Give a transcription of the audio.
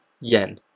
yen